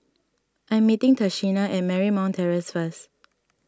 I'm meeting Tashina at Marymount Terrace first